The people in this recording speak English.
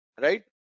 right